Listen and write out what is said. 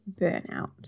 burnout